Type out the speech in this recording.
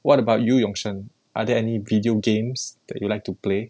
what about you yong shen are there any video games that you like to play